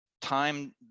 time